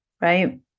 right